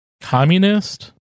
communist